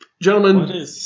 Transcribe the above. Gentlemen